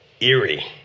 eerie